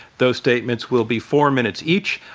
those statements will be four minutes each.